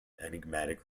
enigmatic